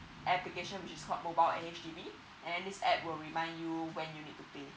application which is called mobile at H_D_B then this app will remind you when you need to pay